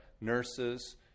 nurses